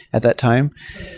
at that time.